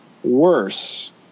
worse